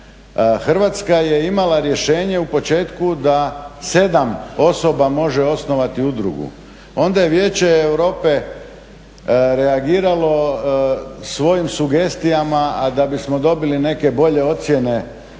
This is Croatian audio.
Hrvatska je imala rješenje u početku da 7 osoba može osnovati udrugu. Onda je Vijeće Europe reagiralo svojim sugestijama, a da bismo dobili neke bolje ocjene